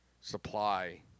supply